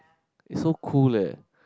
it's so cool leh